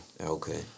Okay